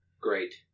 Great